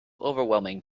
overwhelming